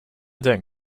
don’t